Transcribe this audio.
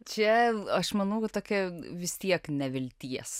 čia aš manau tokia vis tiek nevilties